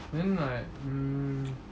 then like mm